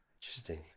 Interesting